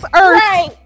earth